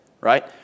Right